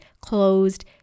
closed